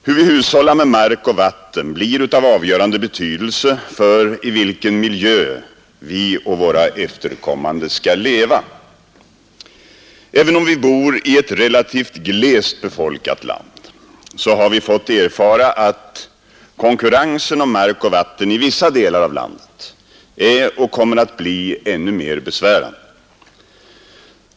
Hur vi hushållar med mark och vatten blir av avgörande betydelse för i vilken miljö vi och våra efterkommande skall leva. Även om vi bor i ett relativt glest befolkat land, har vi fått erfara att konkurrensen om mark och vatten i vissa delar av landet är och kommer att bli ännu mer besvärande.